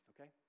okay